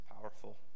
powerful